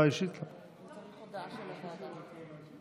החדש) (הוראת שעה) (תיקון מס' 6),